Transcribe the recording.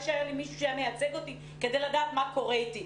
והיה לי מישהו שמייצג אותי כדי לדעת מה קורה איתי.